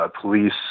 police